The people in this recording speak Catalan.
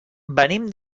venim